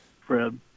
Fred